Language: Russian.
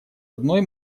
одной